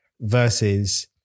versus